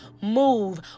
move